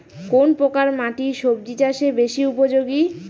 কোন প্রকার মাটি সবজি চাষে বেশি উপযোগী?